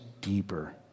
deeper